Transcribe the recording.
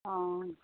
অঁ